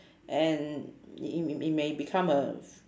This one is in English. and it it it may become a f~